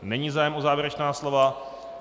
Není zájem o závěrečná slova.